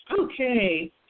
Okay